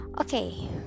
okay